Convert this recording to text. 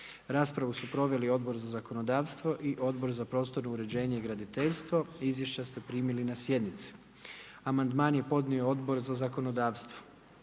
Raspravu su proveli Odbor za zakonodavstvo i Odbor za prostorno uređenje i graditeljstvo. Izvješća ste primili na sjednici. Želi li netko u ime odbora uzeti